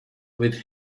with